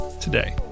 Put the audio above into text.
today